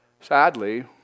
Sadly